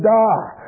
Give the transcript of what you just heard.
die